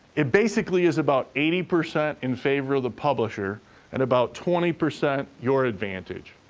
it basically is about eighty percent in favor of the publisher and about twenty percent your advantage.